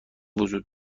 وجود